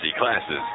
classes